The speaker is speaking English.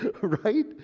Right